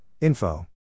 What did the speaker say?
info